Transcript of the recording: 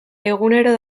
egunero